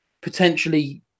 potentially